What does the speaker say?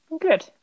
Good